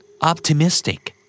Optimistic